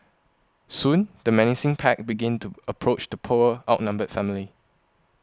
soon the menacing pack begin to approach the poor outnumbered family